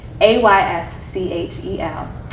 A-Y-S-C-H-E-L